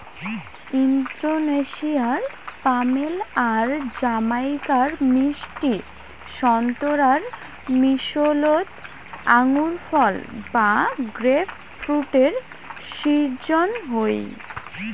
ইন্দোনেশিয়ার পমেলো আর জামাইকার মিষ্টি সোন্তোরার মিশোলোত আঙুরফল বা গ্রেপফ্রুটের শিজ্জন হই